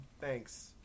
Thanks